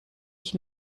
ich